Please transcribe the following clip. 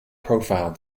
profile